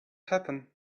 happen